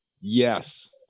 Yes